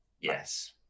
Yes